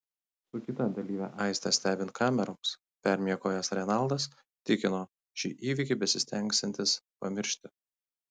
su kita dalyve aiste stebint kameroms permiegojęs renaldas tikino šį įvykį besistengiantis pamiršti